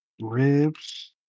Ribs